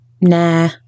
Nah